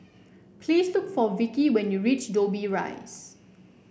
please look for Vikki when you reach Dobbie Rise